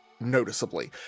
noticeably